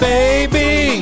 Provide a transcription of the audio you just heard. Baby